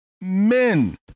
men